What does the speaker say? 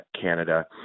Canada